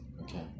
Okay